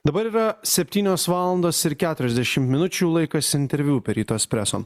dabar yra septynios valandos ir keturiasdešim minučių laikas interviu per ryto espreso